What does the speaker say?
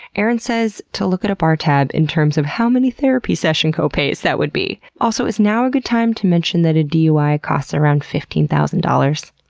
erin says to look at a bar tab in terms of how many therapy session copays that would be! also, is now a good time to mention that a dui costs around fifteen thousand dollars?